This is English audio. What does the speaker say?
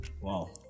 Wow